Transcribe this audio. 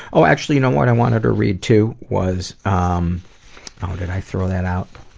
oh actually, y'know what i wanted to read too, was um oh, did i throw that out?